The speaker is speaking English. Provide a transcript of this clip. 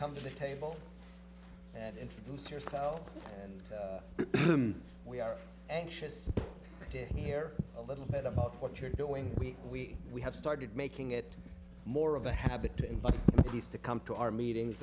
come to the table and introduce yourselves and we are anxious to hear a little bit about what you're doing we we we have started making it more of a habit to him but he's to come to our meetings